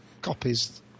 copies